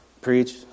preach